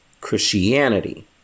Christianity